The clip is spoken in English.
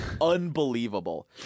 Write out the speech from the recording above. Unbelievable